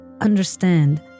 understand